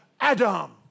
Adam